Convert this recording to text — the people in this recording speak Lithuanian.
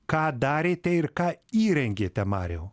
ką darėte ir ką įrengėte mariau